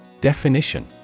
Definition